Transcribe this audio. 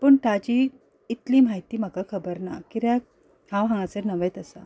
पूण ताची इतली म्हायती म्हाका खबर ना कित्याक हांव हांगासर नवेंच आसा